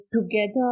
together